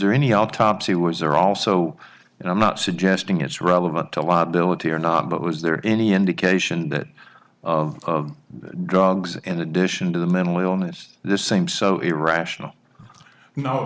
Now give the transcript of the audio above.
there any autopsy was there also and i'm not suggesting it's relevant to a lot billet here not but was there any indication that of drugs in addition to the mental illness the same so irrational no